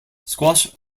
squash